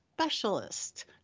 specialist